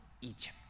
Egypt